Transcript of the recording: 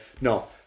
No